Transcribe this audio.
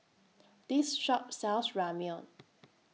This Shop sells Ramyeon